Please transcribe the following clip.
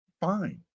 fine